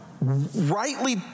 rightly